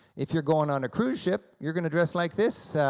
if you're going on a cruise ship, you're going to dress like this,